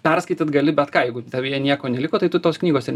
perskaityt gali bet ką jeigu tavyje nieko neliko tai tu tos knygos ir